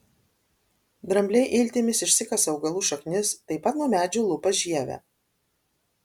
drambliai iltimis išsikasa augalų šaknis taip pat nuo medžių lupa žievę